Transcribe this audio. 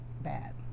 bad